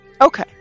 Okay